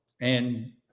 and-